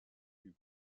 vues